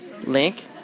Link